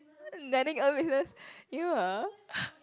letting business you ah